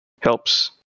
helps